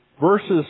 Verses